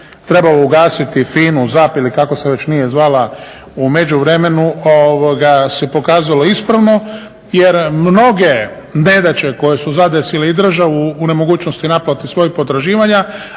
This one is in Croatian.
trebalo ugasiti FINA-u, ZAP ili kako se već nije zvala u međuvremenu se pokazalo ispravno. Jer mnoge nedaće koje su zadesile i državu u nemogućnosti naplate svojih potraživanja